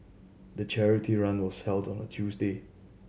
the charity run was held on a Tuesday